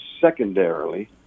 secondarily